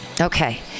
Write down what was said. okay